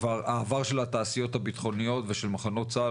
העבר של התעשיות הביטחוניות ושל מחנות צה"ל